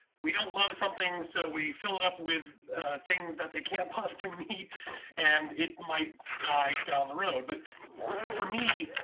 we don't love something, so we filled up with things that they can't possibly meet and it might die down the road. but for me,